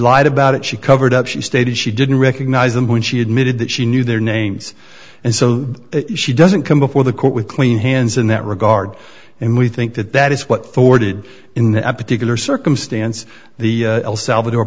lied about it she covered up she stated she didn't recognize them when she admitted that she knew their names and so she doesn't come before the court with clean hands in that regard and we think that that is what forwarded in the at particular circumstance the el salvador